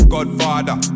Godfather